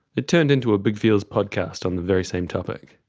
it turned into a big feels podcast on the very same topic.